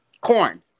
corn